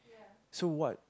so what